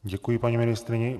Děkuji paní ministryni.